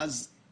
אני